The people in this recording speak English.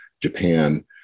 Japan